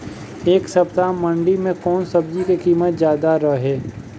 एह सप्ताह मंडी में कउन सब्जी के कीमत ज्यादा रहे?